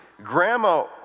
Grandma